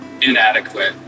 inadequate